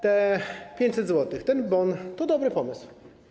Te 500 zł, ten bon to dobry pomysł.